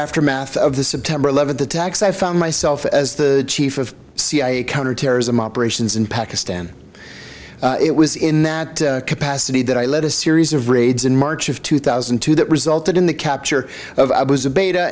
aftermath of the september eleventh attacks i found myself as the chief of cia counterterrorism operations in pakistan it was in that capacity that i led a series of raids in march of two thousand and two that resulted in the capture of i was a beta